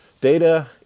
Data